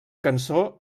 cançó